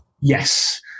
Yes